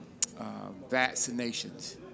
vaccinations